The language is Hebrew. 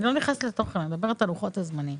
אני לא נכנסת לתוכן, אני מדברת על לוחות הזמנים.